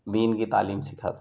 دین کی تعلیم سکھا دو